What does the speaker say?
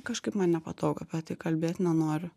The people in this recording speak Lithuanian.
kažkaip man nepatogu apie tai kalbėt nenoriu